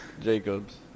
Jacobs